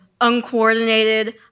uncoordinated